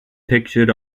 pictured